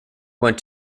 went